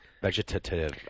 Vegetative